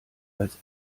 als